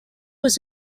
was